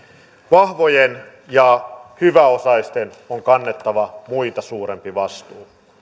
vahvojen ja hyväosaisten on kannettava muita suurempi vastuu